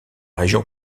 région